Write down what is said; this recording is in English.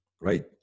right